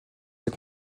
ses